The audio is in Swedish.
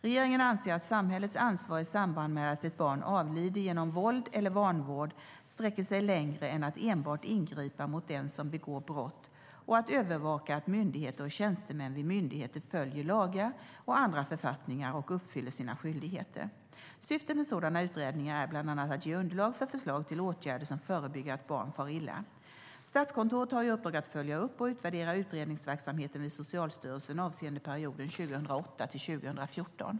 Regeringen anser att samhällets ansvar i samband med att ett barn avlider genom våld eller vanvård sträcker sig längre än att enbart ingripa mot den som begår brott och att övervaka att myndigheter och tjänstemän vid myndigheter följer lagar och andra författningar och uppfyller sina skyldigheter. Syftet med sådana utredningar är bland annat att ge underlag för förslag till åtgärder som förebygger att barn far illa. Statskontoret har i uppdrag att följa upp och utvärdera utredningsverksamheten vid Socialstyrelsen avseende perioden 2008-2014.